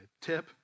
tip